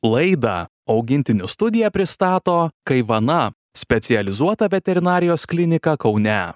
laidą augintinių studija pristato kaivana specializuota veterinarijos klinika kaune